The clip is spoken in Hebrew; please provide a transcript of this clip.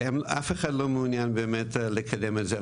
אף אחד לא באמת מעוניין לקדם את זה,